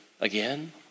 again